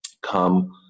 come